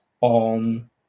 on